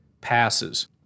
passes